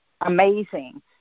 amazing